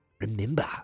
remember